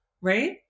right